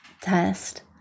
test